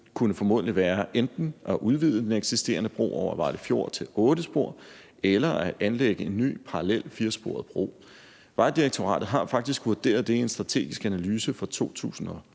kunne formodentlig være enten at udvide den eksisterende bro over Vejle Fjord til otte spor eller at anlægge en ny parallel firesporet bro. Vejdirektoratet har faktisk vurderet det i en strategisk analyse fra 2014 –